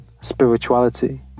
spirituality